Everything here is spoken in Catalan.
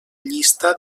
llista